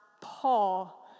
Paul